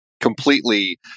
completely